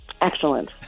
Excellent